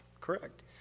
Correct